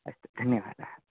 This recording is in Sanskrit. अस्तु धन्यवादाः